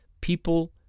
people